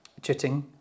chitting